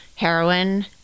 heroin